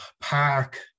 park